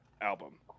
album